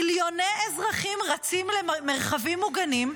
מיליוני אזרחים רצים למרחבים מוגנים,